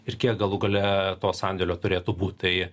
ir kiek galų gale to sandėlio turėtų būt tai